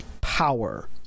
power